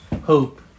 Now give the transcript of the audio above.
hope